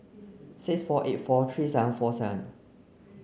six four eight four three seven four seven